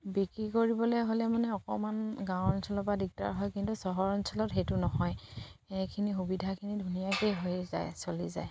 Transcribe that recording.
বিক্ৰী কৰিবলে হ'লে মানে অকমান গাঁও অঞ্চলৰ পৰা দিগদাৰ হয় কিন্তু চহৰ অঞ্চলত সেইটো নহয় সেইখিনি সুবিধাখিনি ধুনীয়াকেই হৈ যায় চলি যায়